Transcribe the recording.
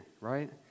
right